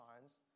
signs